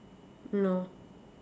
no